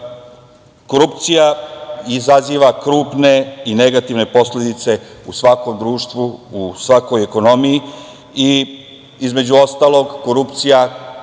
Korupcija izaziva krupne i negativne posledice u svakom društvu, u svakoj ekonomiji. Između ostalog, korupcija